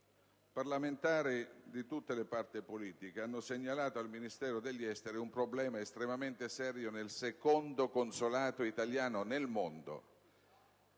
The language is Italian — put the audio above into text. I parlamentari di tutte le parti politiche hanno segnalato al Ministero degli affari esteri un problema estremamente serio nel secondo consolato italiano nel mondo.